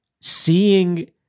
seeing